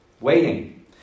waiting